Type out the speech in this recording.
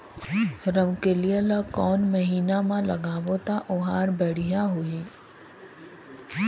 रमकेलिया ला कोन महीना मा लगाबो ता ओहार बेडिया होही?